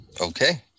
Okay